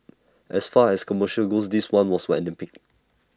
as far as commercials go this one was an epic